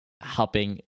helping